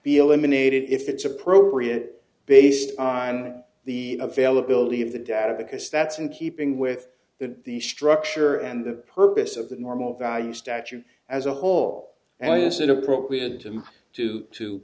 be eliminated if it's appropriate based on the availability of the data because that's in keeping with the the structure and the purpose of the normal value statue as a whole and is it appropriate to to